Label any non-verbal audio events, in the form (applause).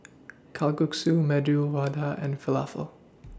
(noise) Kalguksu Medu Vada and Falafel (noise)